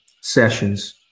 sessions